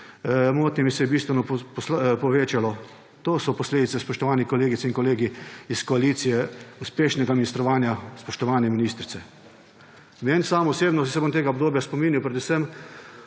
motnjami se je bistveno povečalo. To so posledice, spoštovani kolegice in kolegi iz koalicije, uspešnega ministrovanja spoštovane ministrice. Jaz se bom tega obdobja spominjal predvsem